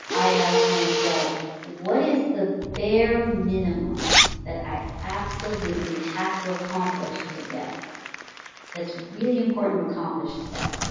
i ask myself what is the bare minimum that i absolutely have to accomplish today that's really important to accomplish today?